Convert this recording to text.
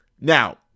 Now